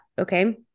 Okay